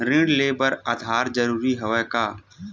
ऋण ले बर आधार जरूरी हवय का?